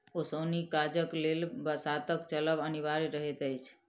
ओसौनी काजक लेल बसातक चलब अनिवार्य रहैत अछि